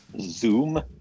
Zoom